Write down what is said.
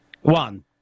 One